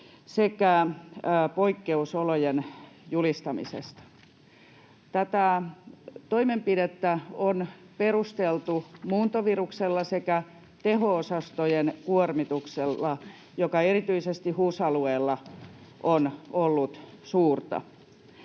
sekä poikkeusolojen julistamisesta. Tätä toimenpidettä on perusteltu muuntoviruksella sekä teho-osastojen kuormituksella, joka erityisesti HUS-alueella on ollut suurta.